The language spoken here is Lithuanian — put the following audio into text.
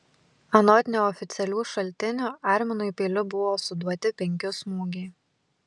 anot neoficialių šaltinių arminui peiliu buvo suduoti penki smūgiai